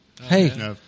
Hey